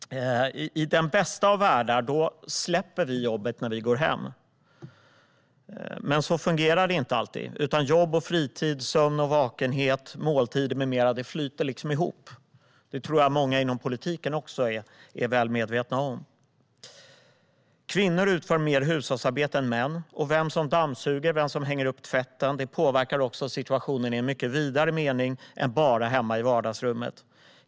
I den bästa av världar släpper vi jobbet när vi går hem. Men så fungerar det inte alltid, utan jobb och fritid, sömn och vakenhet, måltider med mera flyter liksom ihop. Det tror jag att många inom politiken också är väl medvetna om. Kvinnor utför mer hushållsarbete än män, och vem som dammsuger och hänger upp tvätten påverkar också situationen i en mycket vidare mening än bara hemma i vardagsrummet.